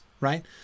Right